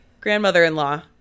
grandmother-in-law